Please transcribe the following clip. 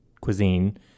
cuisine